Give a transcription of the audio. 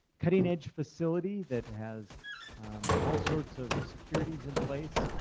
cutting edge facility that has all sorts of securities in place,